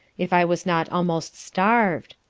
if i was not almost starv'd?